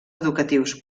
educatius